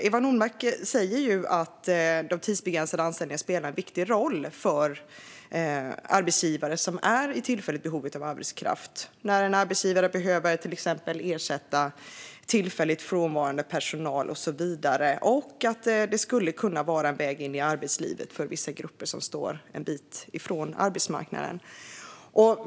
Eva Nordmark säger att de tidsbegränsade anställningarna spelar en viktig roll för arbetsgivare som är i tillfälligt behov av arbetskraft, till exempel när en arbetsgivare behöver ersätta tillfälligt frånvarande personal, och att det skulle kunna vara en väg in i arbetslivet för vissa grupper som står en bit ifrån arbetsmarknaden.